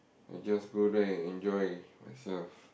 I just go there and enjoy myself